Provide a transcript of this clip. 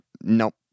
nope